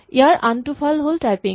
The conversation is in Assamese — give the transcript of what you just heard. ইয়াৰ আনটো ফাল হ'ল টাইপিং